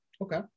Okay